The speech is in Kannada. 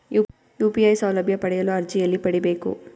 ಯು.ಪಿ.ಐ ಸೌಲಭ್ಯ ಪಡೆಯಲು ಅರ್ಜಿ ಎಲ್ಲಿ ಪಡಿಬೇಕು?